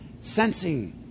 Sensing